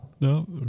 No